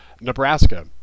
Nebraska